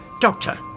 Doctor